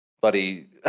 buddy